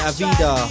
Avida